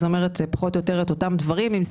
היא אומרת פחות או יותר את אותם דברים.